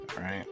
right